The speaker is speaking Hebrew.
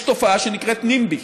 יש תופעה שנקראת NIMBY,